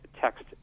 text